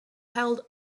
held